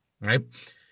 right